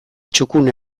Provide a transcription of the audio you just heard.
txukun